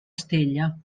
estella